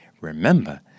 remember